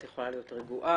את יכולה להיות רגועה.